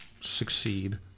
succeed